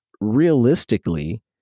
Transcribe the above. realistically